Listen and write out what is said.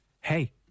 Hey